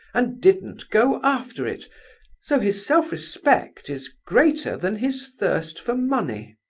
and didn't go after it so his self-respect is greater than his thirst for money.